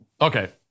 Okay